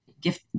gift